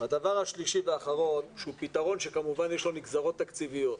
הדבר השלישי והאחרון הוא פתרון שכמובן יש לו נגזרות תקציביות.